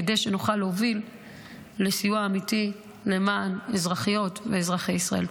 כדי שנוכל להוביל לסיוע אמיתי למען אזרחיות ואזרחי ישראל.